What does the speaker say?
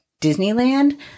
Disneyland